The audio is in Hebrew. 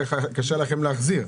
שקשה לכם להחזיר.